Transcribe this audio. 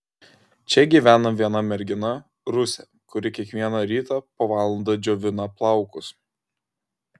čia gyvena viena mergina rusė kuri kiekvieną rytą po valandą džiovina plaukus